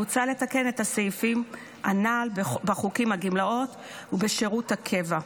מוצע לתקן את הסעיפים הנ"ל בחוקי הגמלאות ושירות הקבע.